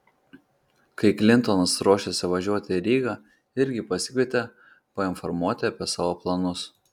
kai klintonas ruošėsi važiuoti į rygą irgi pasikvietė painformuoti apie savo planus